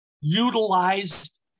utilized